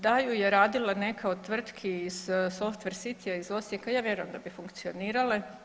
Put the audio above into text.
Da ju je radila neka od tvrtki iz softver citya iz Osijeka ja vjerujem da bi funkcionirale.